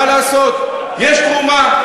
מה לעשות, יש תרומה.